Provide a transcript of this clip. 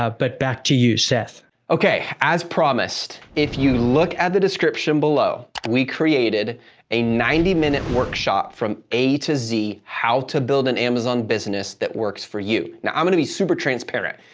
ah but back to you, seth. okay, as promised, if you look at the description below, we created a ninety minute workshop from a to z, how to build an amazon business that works for you. now, i'm going to be super transparent.